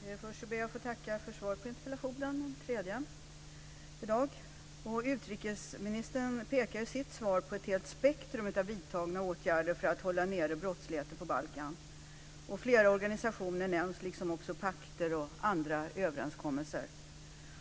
Fru talman! Först ber jag att få tacka för svaret på interpellationen - den tredje i dag. Utrikesministern pekar i sitt svar på ett helt spektrum av vidtagna åtgärder för att hålla nere brottsligheten på Balkan. Flera organisationer nämns liksom pakter och andra överenskommelser.